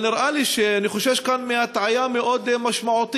אבל נראה לי, אני חושש כאן מהטעיה מאוד משמעותית.